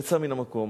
יצא מן המקום.